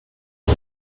ton